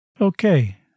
Okay